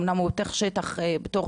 אמנם הוא שטח בתוך